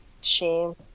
Shame